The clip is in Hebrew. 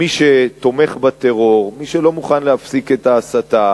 מי שתומך בטרור, מי שלא מוכן להפסיק את ההסתה,